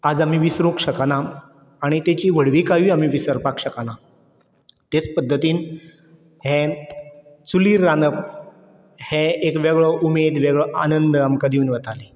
आज आमी विसरूंक शकना आनी तेजी व्हडविकायूय आमी विसरपाक शकना तेच पद्दतीन हें चुलीर रांदप हें एक वेगळो उमेद वेगळो आनंद आमकां दिवन वताली